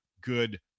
good